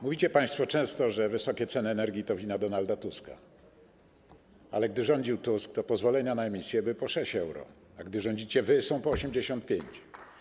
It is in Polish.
Mówicie państwo często, że wysokie ceny energii to wina Donalda Tuska, ale gdy rządził Tusk, to pozwolenia na emisję były po 6 euro, a gdy rządzicie wy, są po 85.